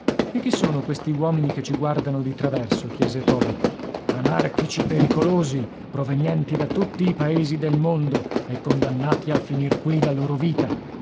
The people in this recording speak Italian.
e chi sono questi uomini che ci guardano di traverso chiese toby anarchici pericolosi provenienti da tutti i paesi del mondo e condannati a finir qui la loro vita